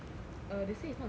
err they say it's not gerald